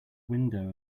window